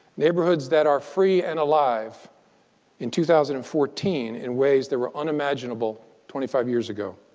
neighborhoods that are free and alive in two thousand and fourteen, in ways that were unimaginable twenty five years ago.